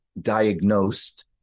diagnosed